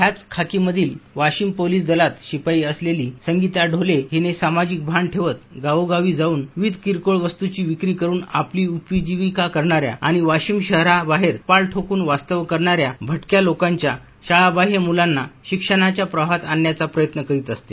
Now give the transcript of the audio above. ह्याच खाकी मधील वाशिम पोलीस दनात शिपाई असलेली संगीता ढोले हिने सामाजिक भान ठेवत गावोगावी जाऊन विविध किरकोळ वस्तूची विक्री करून आपली उपजीविका करणाऱ्या आणि वाशिम शहरा बाहेर पाल ठोकून वास्तव्य करणाऱ्या भटक्या लोकांच्या शाळा बाहय मूलांना शिक्षणाच्या प्रवाहात आणण्याचा प्रयत्न करीत असते